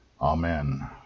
Amen